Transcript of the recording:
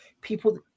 people